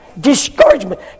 discouragement